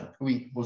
Oui